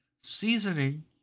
seasoning